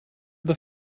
that